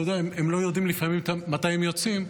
הם לא יודעים לפעמים מתי הם יוצאים,